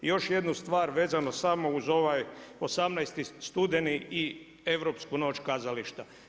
I još jednu stvar vezano samo uz ovaj 18. studeni i Europsku noć kazališta.